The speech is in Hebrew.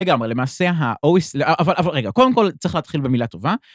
לגמרי, למעשה ה-או אי ס... אבל אבל רגע, קודם כל צריך להתחיל במילה טובה.